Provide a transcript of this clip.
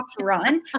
run